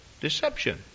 Deception